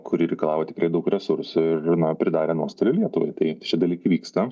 kuri reikalavo tikrai daug resursų ir na pridarė nuostolių lietuvai tai šie dalykai vyksta